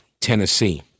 Tennessee